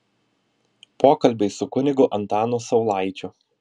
pokalbiai su kunigu antanu saulaičiu